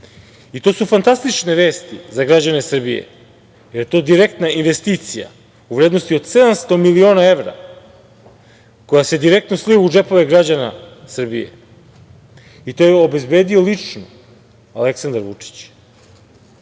To su fantastične vesti za građane Srbije jer je to direktna investicija u vrednosti od 700 miliona evra, koja se direktno sliva u džepove građana Srbije. To je obezbedio lično Aleksandar Vučić,